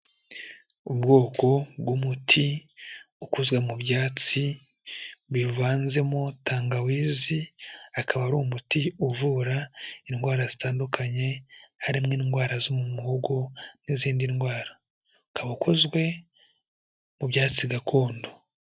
Ubwoko bw'umuti ukozwe mu byatsi bivanzemo tangawizi, akaba ari umuti uvura indwara zitandukanye, harimo indwara zo mu muhogo n'izindi ndwara, ukaba ukozwe mu byatsi gakondo.